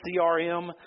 CRM